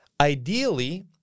Ideally